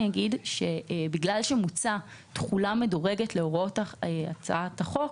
בגלל שמוצעת תכולה מדורגת להוראות הצעת החוק,